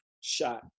shot